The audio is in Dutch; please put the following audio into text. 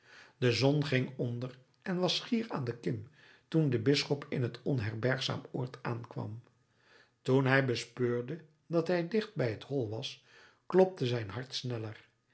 de zon ging onder en was schier aan de kim toen de bisschop in het onherbergzaam oord aankwam toen hij bespeurde dat hij dicht bij het hol was klopte zijn hart sneller